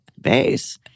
base